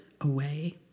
away